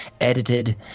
edited